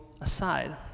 aside